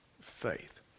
faith